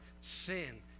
sin